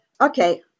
okay